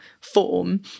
form